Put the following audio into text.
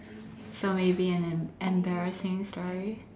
so maybe an em~ an embarrassing story